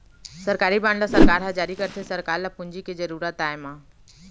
सरकारी बांड ल सरकार ह जारी करथे सरकार ल पूंजी के जरुरत आय म